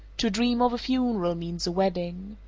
to dream of a funeral means a wedding.